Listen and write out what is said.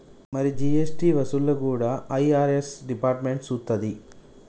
మరి జీ.ఎస్.టి వసూళ్లు కూడా ఐ.ఆర్.ఎస్ డిపార్ట్మెంట్ సూత్తది